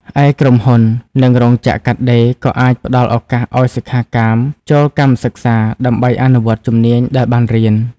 ឯក្រុមហ៊ុន និងរោងចក្រកាត់ដេរក៏អាចផ្តល់ឱកាសឱ្យសិក្ខាកាមចូលកម្មសិក្សា ដើម្បីអនុវត្តជំនាញដែលបានរៀន។